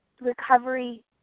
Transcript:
recovery